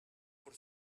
por